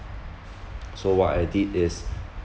so what I did is